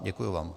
Děkuji vám.